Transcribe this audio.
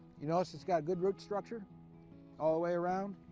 you notice it's got good root structure all the way around.